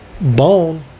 bone